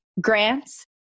grants